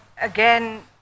again